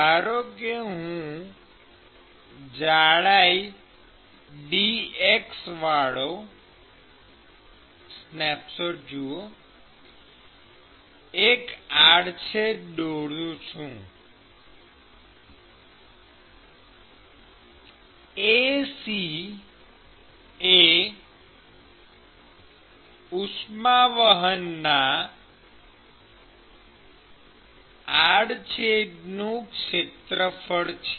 ધારો કે હું જાડાઈ dx વાળો સ્નેપશોટ જુઓ એક આડછેદ દોરું છું Ac એ ઉષ્માવહનના આડછેદનું ક્ષેત્રફળ છે